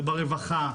ברווחה,